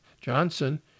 Johnson